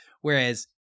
Whereas